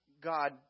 God